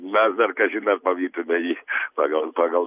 mes dar kažin ar pavytume jį pagal pagal